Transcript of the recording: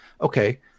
okay